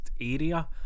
area